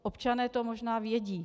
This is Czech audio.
Občané to možná vědí.